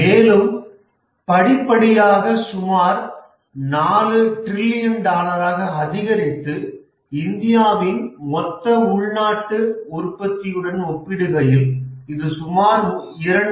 மேலும் படிப்படியாக சுமார் 4 டிரில்லியன் டாலராக அதிகரித்து இந்தியாவின் மொத்த உள்நாட்டு உற்பத்தியுடன் ஒப்பிடுகையில் இது சுமார் 2